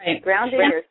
Grounding